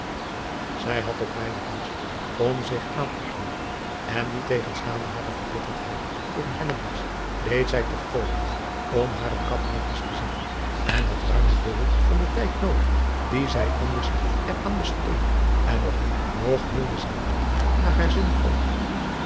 ij had ook weinig lust om zich aan te kleeden en niettegenstaande hare verbitterdheid tegen deed zij toch pogingen om hare kap netjes te zetten en had ruim het dubbeld van den tijd noodig dien zij er anders aan besteedde en nog nog wilde zij niet naar haar zin